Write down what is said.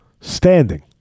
Standing